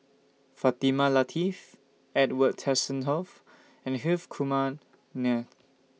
Fatimah Lateef Edwin Tessensohn and Hrif Kumar Nair